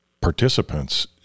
participants